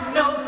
no